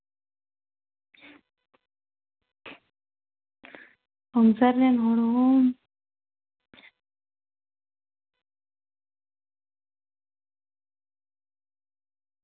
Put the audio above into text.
ᱥᱚᱝᱥᱟᱨ ᱨᱮᱱ ᱦᱚᱲ ᱦᱚᱸ